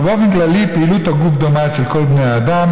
אבל באופן כללי פעילות הגוף דומה אצל כל בני האדם,